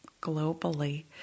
globally